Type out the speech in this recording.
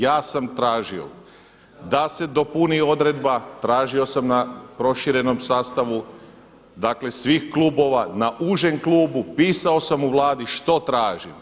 Ja sam tražio da se dopuni odredba, tražio sam na proširenom sastavu svih klubova, na užem klubu, pisao sam u Vladi što tražim.